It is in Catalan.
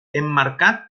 emmarcat